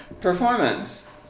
Performance